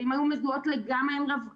ואם הן היו מזוהות לגמרי עם הרווחה,